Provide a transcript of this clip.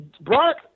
Brock